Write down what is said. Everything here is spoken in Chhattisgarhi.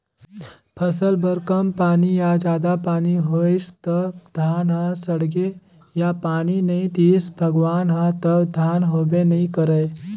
फसल बर कम पानी या जादा पानी होइस त धान ह सड़गे या पानी नइ दिस भगवान ह त धान होबे नइ करय